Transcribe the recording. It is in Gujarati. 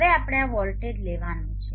હવે આપણે આ વોલ્ટેજ લેવાનું છે